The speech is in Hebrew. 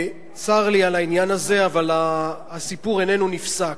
צר לי על העניין הזה, אבל הסיפור איננו נפסק.